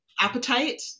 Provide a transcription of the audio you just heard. appetite